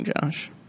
Josh